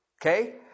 Okay